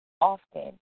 often